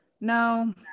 No